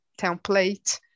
template